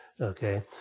Okay